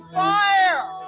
fire